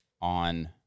on